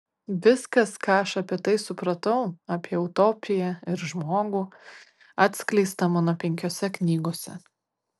viskas ką aš apie tai supratau apie utopiją ir žmogų atskleista mano penkiose knygose